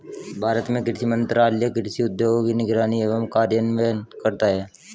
भारत में कृषि मंत्रालय कृषि उद्योगों की निगरानी एवं कार्यान्वयन करता है